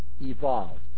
evolved